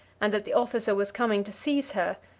and that the officer was coming to seize her,